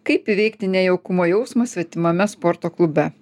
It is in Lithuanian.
kaip įveikti nejaukumo jausmą svetimame sporto klube